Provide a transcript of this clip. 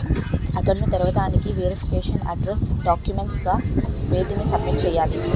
Account ను తెరవటానికి verification address documents గా వేటిని సబ్మిట్ చేయాలి?